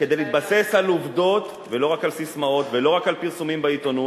כדי להתבסס על עובדות ולא רק על ססמאות ולא רק על פרסומים בעיתונות,